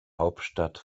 hauptstadt